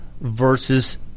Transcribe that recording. versus